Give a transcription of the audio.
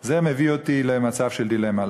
זה מביא אותי למצב של דילמה.